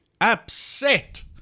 upset